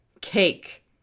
Cake